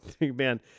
man